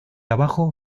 abajo